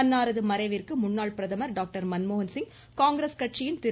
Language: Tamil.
அன்னாரது மறைவிற்கு முன்னாள் பிரதமர் டாக்டர் மன்மோகன்சிங் காங்கிரஸ் கட்சியின் திரு